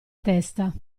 testa